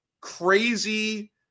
crazy